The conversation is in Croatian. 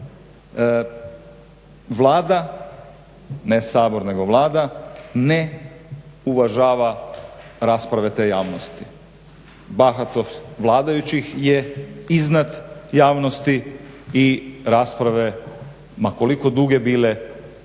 Vlada, ne Sabor nego Vlada ne uvažava rasprave te javnosti. Bahatost vladajućih je iznad javnosti i rasprave ma koliko duge bile